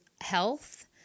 health